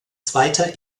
zweiter